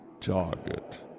target